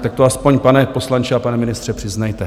Tak to aspoň, pane poslanče a pane ministře, přiznejte.